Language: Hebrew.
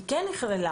היא כן נכללה.